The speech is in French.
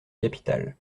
capitale